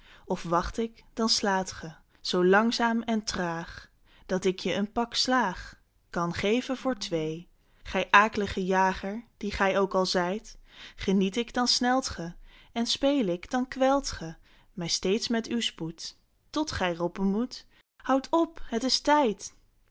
of wacht ik dan slaat ge zoo langzaam en traag dat ik je een pak slaag kan geven voor twee pieter louwerse alles zingt gij ak'lige jager die gij ook al zijt geniet ik dan snelt ge en speel ik dan kwelt ge mij steeds met uw spoed tot gij roepen moet houd op het is tijd